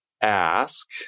ask